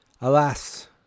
Alas